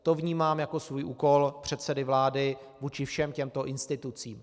To vnímám jako svůj úkol předsedy vlády vůči všem těmto institucím.